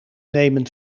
nemen